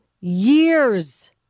years